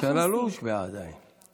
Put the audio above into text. אבל הממשלה עדיין לא הושבעה.